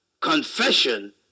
confession